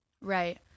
right